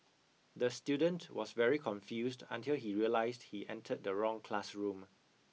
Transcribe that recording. the student was very confused until he realised he entered the wrong classroom